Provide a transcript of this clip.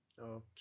Okay